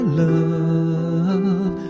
love